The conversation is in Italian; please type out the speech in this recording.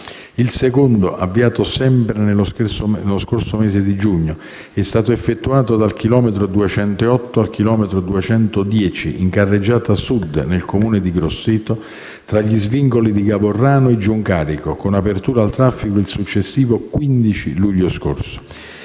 il secondo, avviato sempre nello scorso mese di giugno, è stato effettuato dal chilometro 208 al chilometro 210, in carreggiata sud nel Comune di Grosseto, tra gli svincoli di Gavorrano e Giuncarico, con apertura al traffico il successivo 15 luglio scorso;